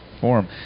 form